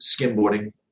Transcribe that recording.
skimboarding